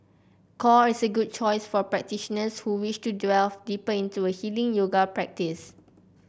core is a good choice for practitioners who wish to delve deeper into a healing yoga practice